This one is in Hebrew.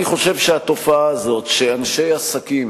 אני חושב שהתופעה הזאת, שאנשי עסקים